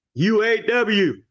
uaw